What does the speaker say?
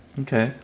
Okay